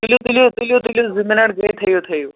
تُلِو تُلِو تُلِو تُلِو زٕ مِنٛٹ گٔے تھٲوِو تھٲوِو